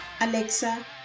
Alexa